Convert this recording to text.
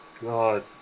god